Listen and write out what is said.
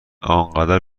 انقدر